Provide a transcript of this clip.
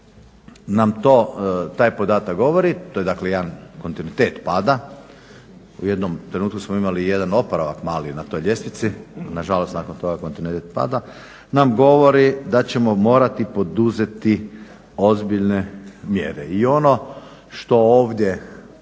nam taj podatak govori to je dakle jedan kontinuitet pada u jednom trenutku samo imali jedan mali oporavak na toj ljestvici, nažalost nakon toga kontinuitet pada, nam govori da ćemo morati poduzeti ozbiljne mjere. I ono što ovdje